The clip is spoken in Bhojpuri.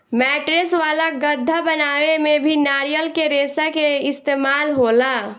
मैट्रेस वाला गद्दा बनावे में भी नारियल के रेशा के इस्तेमाल होला